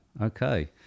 okay